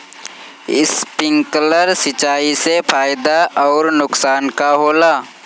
Sprinkler सिंचाई से फायदा अउर नुकसान का होला?